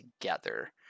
together